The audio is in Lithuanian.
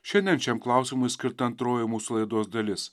šiandien šiam klausimui skirta antroji mūsų laidos dalis